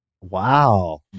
Wow